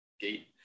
gate